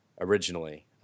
originally